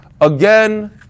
Again